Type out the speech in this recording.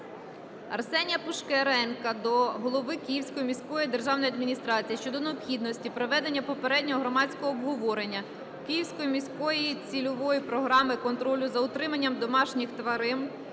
Арсенія Пушкаренка до голови Київської міської державної адміністрації щодо необхідності проведення попереднього громадського обговорення Київської міської цільової програми контролю за утриманням домашніх тварин